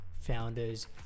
founders